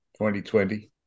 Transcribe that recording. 2020